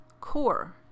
core